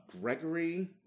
Gregory